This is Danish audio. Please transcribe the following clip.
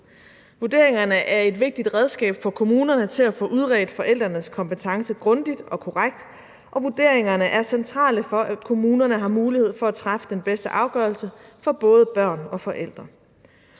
Vurderingerne er et vigtigt redskab for kommunerne til at få udredt forældrenes kompetence grundigt og korrekt, og vurderingerne er centrale for, at kommunerne har mulighed for at træffe den bedste afgørelse for både børn og forældre.